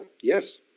Yes